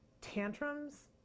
Tantrums